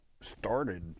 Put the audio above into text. started